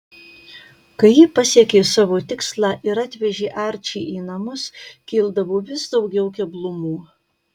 kai ji pasiekė savo tikslą ir atvežė arčį į namus kildavo vis daugiau keblumų